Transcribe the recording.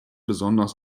besonders